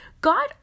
God